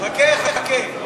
חכה, חכה.